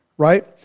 Right